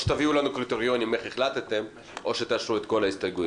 או שתביאו לנו קריטריונים איך החלטתם או שתאשרו את כל ההסתייגויות.